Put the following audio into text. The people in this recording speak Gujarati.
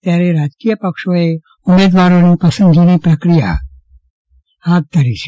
ત્યારે રાજકીય પક્ષો ઉમેદવારી પસંદગી પ્રક્રિયા હાથ ધરી છે